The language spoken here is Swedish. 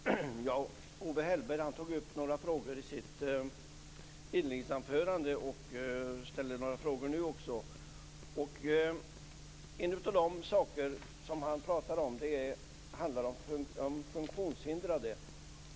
Fru talman! Owe Hellberg tog upp några frågor i sitt inledningsanförande och ställde några frågor nu också. En av de frågor som han tar upp handlar om de funktionshindrade.